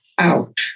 out